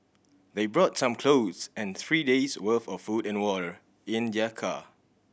they brought some clothes and three days' worth of food and water in their car